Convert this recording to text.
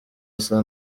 asa